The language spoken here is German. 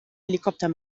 helikopter